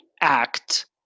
act